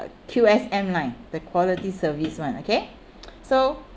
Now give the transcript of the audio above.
uh Q_S_M line the quality service one okay so